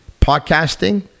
Podcasting